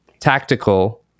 tactical